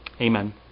Amen